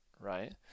right